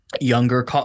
younger